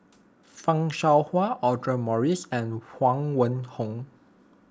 Fan Shao Hua Audra Morrice and Huang Wenhong